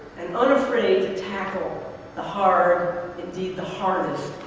and unafraid to tackle the hard, indeed the hardest,